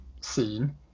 scene